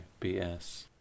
BS